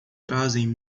trazem